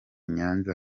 nyanza